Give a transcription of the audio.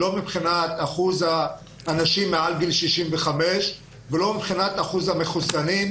לא מבחינת אחוז האנשים מעל גיל 65 ולא מבחינת אחוז המחוסנים.